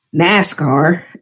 NASCAR